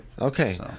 Okay